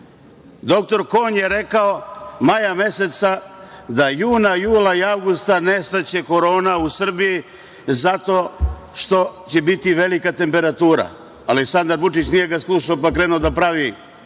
Kon je rekao maja meseca da juna, jula i avgusta nestaće korona u Srbiji zato što će biti velika temperatura. Aleksandar Vučić nije ga slušao, pa krenuo da pravi